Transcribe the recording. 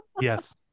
Yes